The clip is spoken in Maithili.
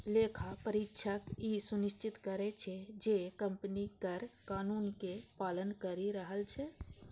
लेखा परीक्षक ई सुनिश्चित करै छै, जे कंपनी कर कानून के पालन करि रहल छै